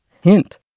Hint